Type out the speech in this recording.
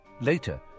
Later